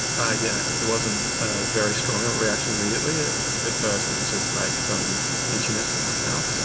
ah yeah it wasn't ah very strong a reaction immediately. ah at first it was just like some itchiness in my mouth, so